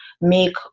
make